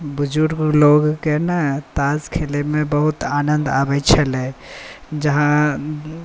बुजुर्ग लोककेँ ने ताश खेलैमे बहुत आनन्द आबैत छलै जहाँ